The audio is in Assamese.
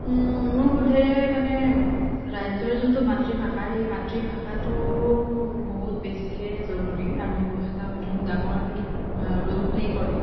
মোৰ বোধেৰে মানে ৰাজ্যৰ যোনটো মাতৃভাষা সেই মাতৃভাষাটো বহুত বেছিয়ে জৰুৰী আৰু এটা বহুত ডাঙৰ ৰোল প্লে কৰে